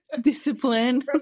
Discipline